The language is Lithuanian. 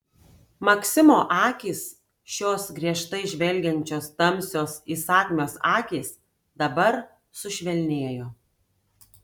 maksimo akys šios griežtai žvelgiančios tamsios įsakmios akys dabar sušvelnėjo